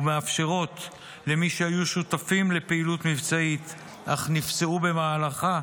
ומאפשרת למי שהיו שותפים לפעילות מבצעית אך נפצעו במהלכה,